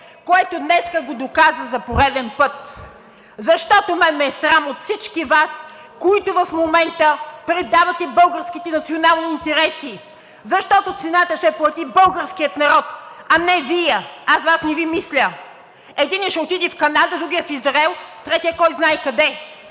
което днес го доказа за пореден път! Защото мен ме е срам от всички Вас, които в момента предавате българските национални интереси! Защото цената ще я плати българският народ, а не Вие! Аз Вас не Ви мисля – единият ще отиде в Канада, другият в Израел, третият кой знае къде!